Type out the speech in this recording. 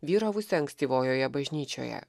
vyravusia ankstyvojoje bažnyčioje